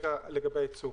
אנחנו חייבים לבצע